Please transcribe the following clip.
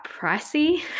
pricey